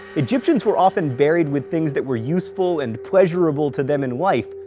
egyptians were often buried with things that were useful and pleasurable to them in life,